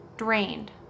drained